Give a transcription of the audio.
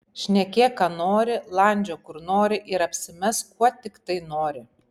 šnekėk ką nori landžiok kur nori ir apsimesk kuo tiktai nori